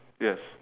yes